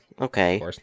okay